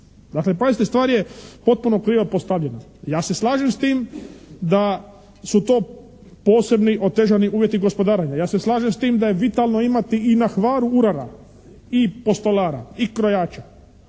Dakle, pazite stvar je potpuno krivo postavljena. Ja se slažem s tim da su to posebni otežani uvjeti gospodarenja, ja se slažem s tim da je vitalno imati i na Hvaru urara i postolara i krojača,